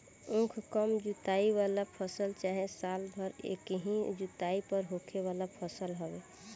उख कम जुताई वाला फसल चाहे साल भर एकही जुताई पर होखे वाला फसल हवे